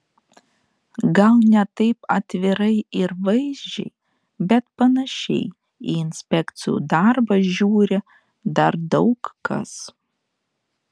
gal ne taip atvirai ir vaizdžiai bet panašiai į inspekcijų darbą žiūri dar daug kas